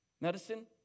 Medicine